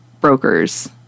brokers